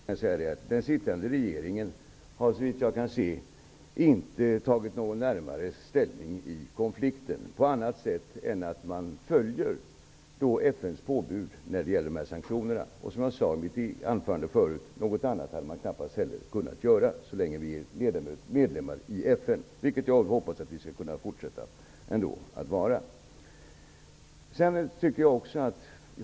Herr talman! Den sittande regeringen har såvitt jag kan se inte tagit någon närmare ställning i konflikten på annat sätt än att den följer FN:s påbud om sanktioner. Som jag sade i mitt tidigare anförande hade den knappast kunnat göra någonting annat så länge vi är medlemmar i FN, vilket jag hoppas att vi ändå skall kunna fortsätta att vara.